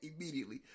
immediately